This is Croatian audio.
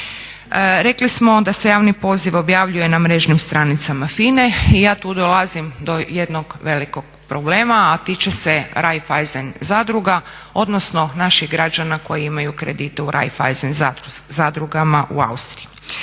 Rekli smo da se javni poziv objavljuje na mrežnim stranicama FINA-e i ja tu dolazim do jednog velikog problema, a tiče se Raiffeisen zadruga, odnosno naših građana koji imaju kredite u Raiffeisen zadrugama u Austriji.